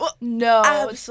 No